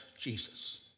Jesus